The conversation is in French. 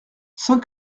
cent